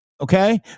Okay